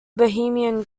bohemian